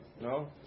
No